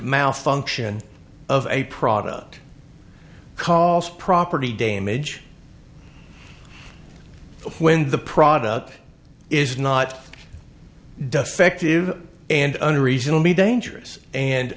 malfunction of a product cost property damage when the product is not defective and under reasonably dangerous and